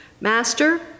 Master